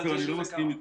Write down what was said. אני לא מסכים אתך.